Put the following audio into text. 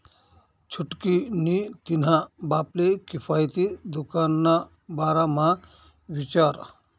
छुटकी नी तिन्हा बापले किफायती दुकान ना बारा म्हा विचार